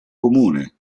comune